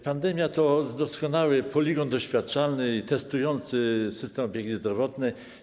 Pandemia to doskonały poligon doświadczalny testujący system opieki zdrowotnej.